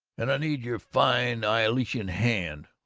and i need your fine eyetalian hand.